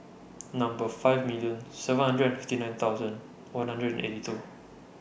Number five million seven hundred and fifty nine thousand one hundred and eighty two